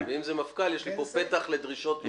אם זה מפכ"ל אז יש פה פתח לדרישות מן המחוזות.